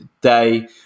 day